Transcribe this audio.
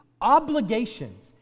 obligations